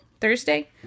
Thursday